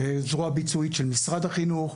זרוע ביצועית של משרד החינוך.